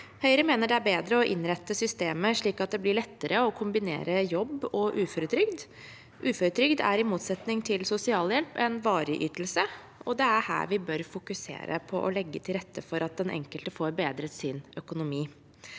Høyre mener det er bedre å innrette systemet slik at det blir lettere å kombinere jobb og uføretrygd. Uføretrygd er i motsetning til sosialhjelp en varig ytelse, og det er her vi bør fokusere på å legge til rette for at den enkelte får bedret sin økonomi.